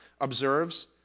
observes